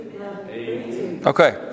Okay